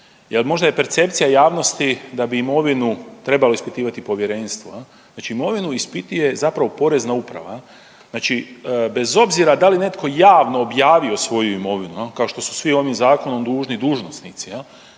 možda je percepcija javnosti da bi imovinu trebalo ispitivati povjerenstvo. zapravo Porezna uprava. Znači bez obzira da li netko javno objavio svoju imovinu kao što su svi ovim zakonom dužni dužnosnici.